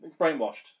brainwashed